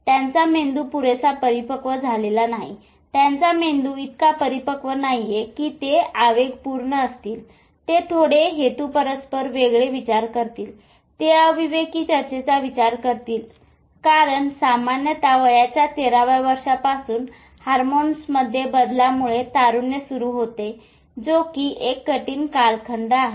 त्यांचा मेंदू पुरेसा परिपक्व झालेला नाही त्यांचा मेंदू इतका परिपक्व नाहीय कि ते आवेगपूर्ण असतील ते थोडे हेतुपुरस्सर वेगळे विचार करतील ते अविवेकी चर्चेचा विचार करत असतील कारण सामान्यतवयाच्या 13 व्य वर्षांपासून हार्मोनल बदलामुळे तारुण्य सुरू होते जो कि एक कठीण कालखंड आहे